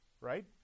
Right